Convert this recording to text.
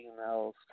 emails